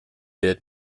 did